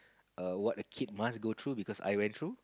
err what a kid must go through because I went through